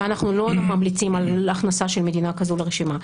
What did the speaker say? ואנחנו לא ממליצים על הכנסה של מדינה כזאת לרשימה.